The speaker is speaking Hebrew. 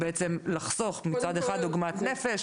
בעצם לחסוך מצד אחד עוגמת נפש,